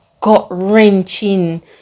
gut-wrenching